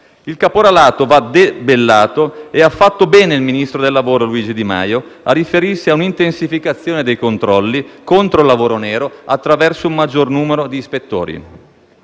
Il caporalato va debellato e ha fatto bene il ministro del lavoro Luigi Di Maio a riferirsi a un'intensificazione dei controlli contro il lavoro nero, attraverso un maggior numero di ispettori.